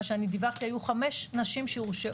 שאני דיווחתי - היו חמש נשים שהורשעו.